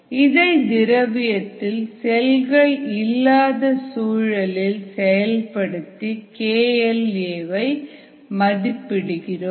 இதை திரவியத்தில் செல்கள் இல்லாத சூழலில் செயல்படுத்தி kL a வை மதிப்பிடுகிறோம்